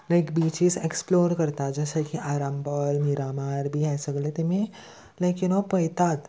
लायक beaches explore करतात जशें की आरंबोल मिरामार बी हें सगलें तेमी लायक यु नो पयतात